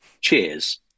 Cheers